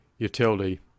utility